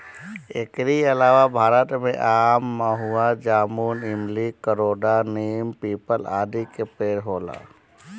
एकरी अलावा भारत में आम, महुआ, जामुन, इमली, करोंदा, नीम, पीपल, आदि के पेड़ होला